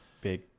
big